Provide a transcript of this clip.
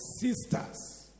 sisters